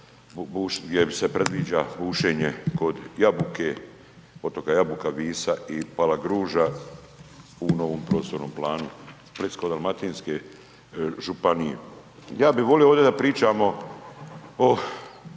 gdje se predviđa bušenje kod otoka Jabuka, Visa i Palagruža u novom prostornom planu Splitsko-dalmatinske županije? Ja bih volio ovdje da pričamo o